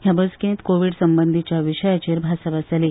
हे बसकेंत कोवीड संबंदीच्या विशयाचेर भासाभास जाली